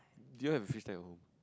do you have a fish tank at home